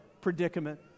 predicament